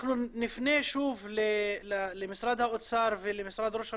אנחנו נפנה שוב למשרד האוצר ולמשרד ראש הממשלה,